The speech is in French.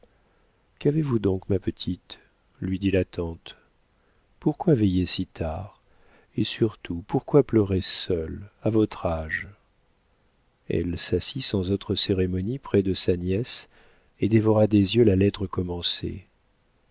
qu'avez-vous donc ma petite lui dit sa tante pourquoi veiller si tard et surtout pourquoi pleurer seule à votre âge elle s'assit sans autre cérémonie près de la nièce et dévora des yeux la lettre commencée